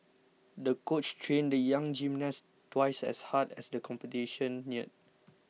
the coach trained the young gymnast twice as hard as the competition neared